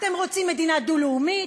אתם רוצים מדינה דו-לאומית?